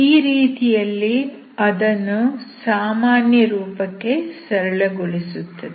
ಈ ರೀತಿಯಲ್ಲಿ ಅದನ್ನು ಸಾಮಾನ್ಯ ರೂಪಕ್ಕೆ ಸರಳಗೊಳಿಸುತ್ತದೆ